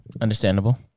Understandable